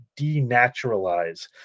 denaturalize